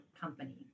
company